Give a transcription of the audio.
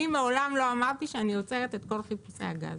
אני מעולם לא אמרתי שאני עוצרת את כל חיפושי הגז,